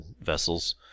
vessels